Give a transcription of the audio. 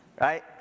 right